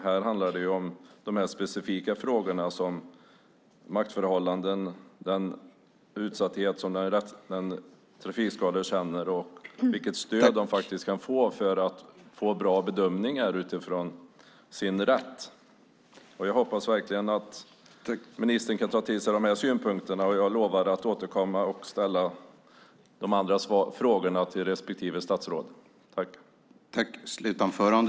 Här handlar det om specifika frågor om maktförhållanden, den utsatthet som de trafikskadade känner och vilket stöd de kan få för att få bra bedömningar utifrån sin rätt. Jag hoppas verkligen att ministern kan ta till sig de här synpunkterna, och jag lovar att återkomma och ställa de andra frågorna till respektive statsråd.